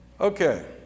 Okay